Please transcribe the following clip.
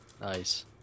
Nice